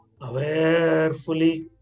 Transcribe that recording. awarefully